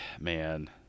man